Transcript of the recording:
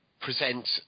present